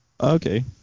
okay